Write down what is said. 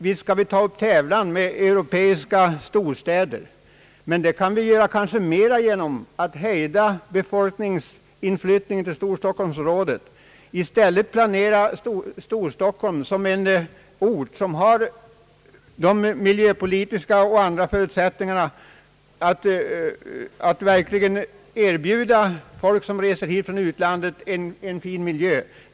Visst skall vi ta upp tävlan med europeiska storstäder, men det kan vi kanske göra bättre genom att hejda befolkningsinflyttningen till storstockholmsområdet och planera Storstockholm som en stad som har miljöpolitiska och andra förutsättningar att verkligen erbjuda folk som reser hit från utlandet en fin miljö.